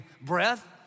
breath